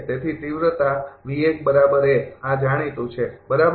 તેથી તીવ્રતા આ જાણીતું છે બરાબર